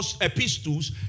epistles